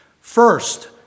First